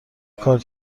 کار